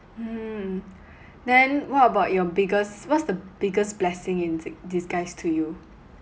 hmm then what about your biggest what's the biggest blessing in d~ disguise to you